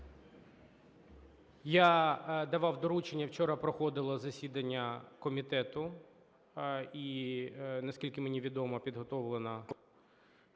Я давав доручення, вчора проходило засідання комітету, і, наскільки мені відомо, підготовлена